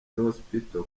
hospital